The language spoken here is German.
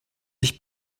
ich